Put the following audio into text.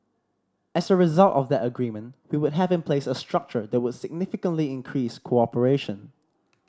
as a result of that agreement we would have in place a structure that would significantly increase cooperation